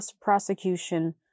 prosecution